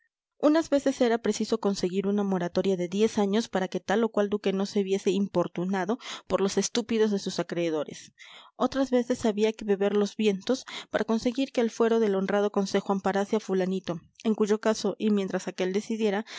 unas veces era preciso conseguir una moratoria de diez años para que tal o cual duque no se viese importunado por los estúpidos de sus acreedores otras veces había que beber los vientos para conseguir que el fuero del honrado concejo amparase a fulanito en cuyo caso y mientras aquel decidiera